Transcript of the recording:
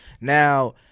now